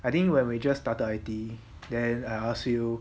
I think when we just started I_T_E then I ask you